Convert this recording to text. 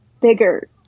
bigger